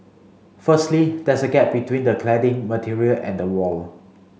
firstly there's a gap between the cladding material and the wall